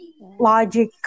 logic